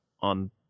on